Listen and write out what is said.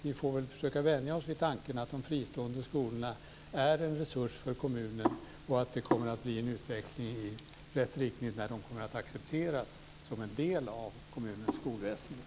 Vi får väl försöka vänja oss vid tanken att de fristående skolorna är en resurs för kommunen och att det kommer att bli en utveckling i rätt riktning när de accepteras som en del av kommunens skolväsende.